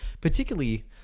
particularly